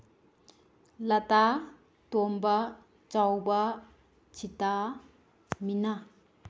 ꯂꯇꯥ ꯇꯣꯝꯕ ꯆꯥꯎꯕ ꯁꯤꯇꯥ ꯃꯤꯅꯥ